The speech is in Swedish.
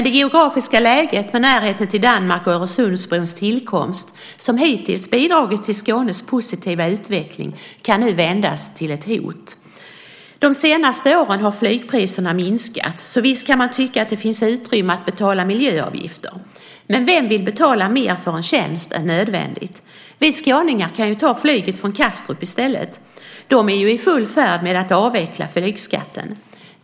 Det geografiska läget med närheten till Danmark och också Öresundsbrons tillkomst, som hittills bidragit till Skånes positiva utveckling, kan nu vändas till ett hot. De senaste åren har flygpriserna sänkts, så visst kan man tycka att det finns utrymme för att betala miljöavgifter. Men vem vill betala mer än nödvändigt för en tjänst? Vi skåningar kan ju ta flyget från Kastrup i stället. Där är man i full färd med att avveckla flygskatten.